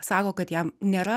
sako kad jam nėra